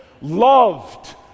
loved